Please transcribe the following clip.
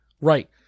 Right